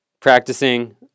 practicing